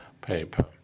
paper